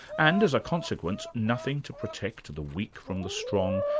and as a consequence, nothing to protect the weak from the strong,